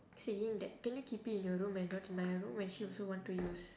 saying that can you keep it your room and not in my room when she also want to use